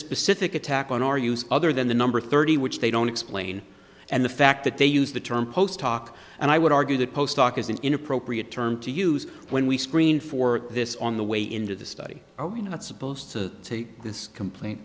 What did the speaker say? specific attack on our use other than the number thirty which they don't explain and the fact that they use the term post hoc and i would argue that post doc is an inappropriate term to use when we screen for this on the way into the study are we not supposed to take this complaint